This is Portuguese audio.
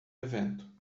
evento